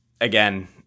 again